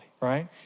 right